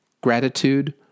gratitude